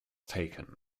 taken